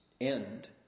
end